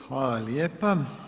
Hvala lijepa.